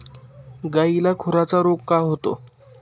गायीला खुराचा रोग का होतो?